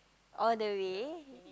all the way